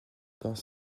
dans